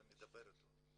אתה מדבר איתו.